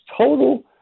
total